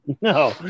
No